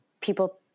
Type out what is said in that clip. people